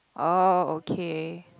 oh okay